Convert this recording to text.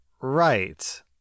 right